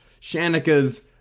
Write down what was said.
shanika's